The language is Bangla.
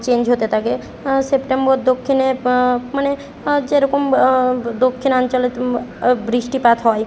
চেঞ্জ হতে থাকে সেপ্টেম্বর দক্ষিণে মানে যেরকম ব্ দক্ষিণাঞ্চলে ত্ বৃষ্টিপাত হয়